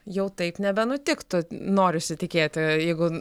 jau taip nebenutiktų norisi tikėti jeigu